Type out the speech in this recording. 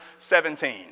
17